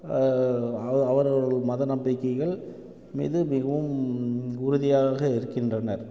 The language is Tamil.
அவ அவரவர்கள் மத நம்பிக்கைகள் மிக மிகவும் உறுதியாக இருக்கின்றனர்